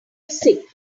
sick